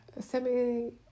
semi